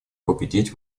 победить